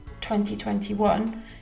2021